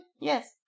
Yes